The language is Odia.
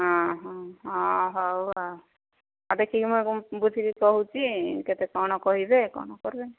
ହଁ ହଁ ହଉ ଆଉ ଆଉ ଦେଖିକି ବୁଝିକି କହୁଛି କେତେ କ'ଣ କହିବେ କ'ଣ କରିବେ